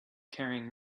carrying